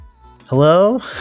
hello